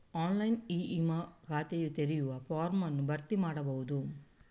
online e ವಿಮಾ ಖಾತೆ ತೆರೆಯುವ ಫಾರ್ಮ್ ಅನ್ನು ಭರ್ತಿ ಮಾಡಬಹುದು